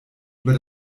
über